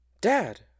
Dad